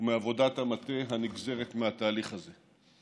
ומעבודת המטה הנגזרת מהתהליך הזה.